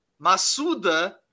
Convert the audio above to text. Masuda